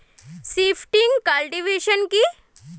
Shifting cultivation কি?